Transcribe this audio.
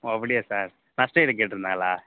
ஓ அப்டியா சார் நஷ்ட்ட ஈடு கேட்டுருந்தாங்களா